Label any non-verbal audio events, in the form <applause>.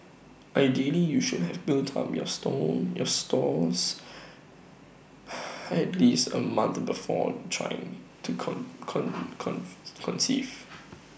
ideally you should have built up your store your stores <noise> at least A month before trying to <unintelligible> conceive